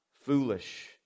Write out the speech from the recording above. foolish